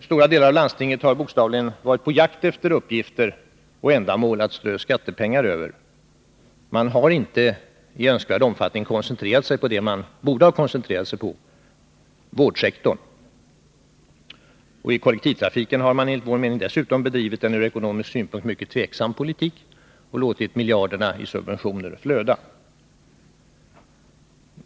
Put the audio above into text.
Stora delar av landstinget har bokstavligen varit på jakt efter uppgifter och ändamål att strö skattepengar över. Man har inte i önskvärd omfattning koncentrerat sig på det man borde ha koncentrerat sig på, nämligen vårdsektorn. I fråga om kollektivtrafiken har man dessutom bedrivit en enligt vår mening mycket tveksam politik och låtit miljarderna i subventioner flöda.